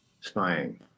spying